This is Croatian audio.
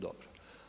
Dobro.